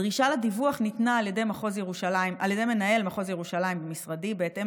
הדרישה לדיווח ניתנה על ידי מנהל מחוז ירושלים במשרדי בהתאם